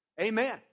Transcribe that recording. Amen